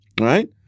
right